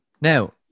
Now